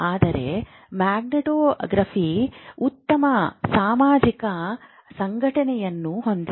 ಆದರೆ ಮ್ಯಾಗ್ನೆಟೋಎನ್ಸೆಫಾಲೋಗ್ರಾಫಿ ಉತ್ತಮ ಸಾಮಾಜಿಕ ಸಂಘಟನೆಯನ್ನು ಹೊಂದಿದೆ